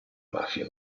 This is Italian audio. mafia